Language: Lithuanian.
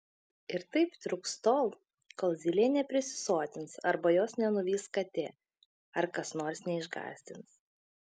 ir taip truks tol kol zylė neprisisotins arba jos nenuvys katė ar kas nors neišgąsdins